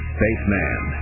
Spaceman